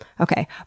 Okay